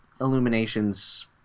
illuminations